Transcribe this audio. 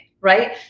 right